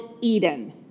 Eden